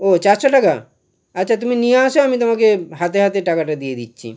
ও চারশো টাকা আচ্ছা তুমি নিয়ে আসো আমি তোমাকে হাতে হাতে টাকাটা দিয়ে দিচ্ছি